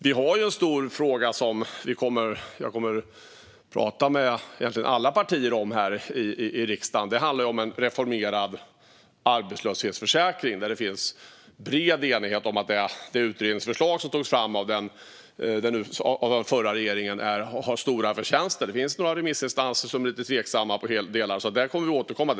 Vi har en stor fråga som jag kommer att prata med egentligen alla partier om i riksdagen. Det handlar om en reformerad arbetslöshetsförsäkring. Där finns en bred enighet om att det utredningsförslag som togs fram av den förra regeringen har stora förtjänster. Det finns några remissinstanser som är lite tveksamma till delar. Där kommer vi att återkomma.